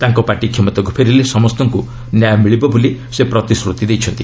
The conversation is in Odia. ତାଙ୍କ ପାର୍ଟି କ୍ଷମତାକୁ ଫେରିଲେ ସମସ୍ତଙ୍କୁ ନ୍ୟାୟ ମିଳିବ ବୋଲି ସେ ପ୍ରତିଶ୍ରତି ଦେଇଛନ୍ତି